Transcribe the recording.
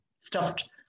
stuffed